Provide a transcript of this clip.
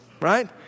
right